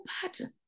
pattern